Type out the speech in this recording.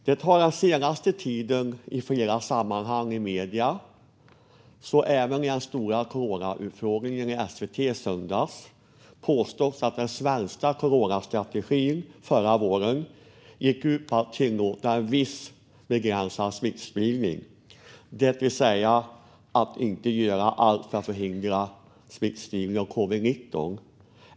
Det har den senaste tiden i flera sammanhang i medierna, så även i den stora coronautfrågningen i SVT i söndags, påståtts att den svenska coronastrategin förra våren gick ut på att tillåta en viss begränsad smittspridning, det vill säga att inte göra allt för att förhindra smittspridning av covid-19.